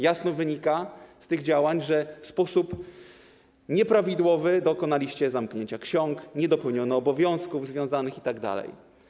Jasno wynika z tych działań, że w sposób nieprawidłowy dokonaliście zamknięcia ksiąg, nie dopełniono obowiązków związanych... itd.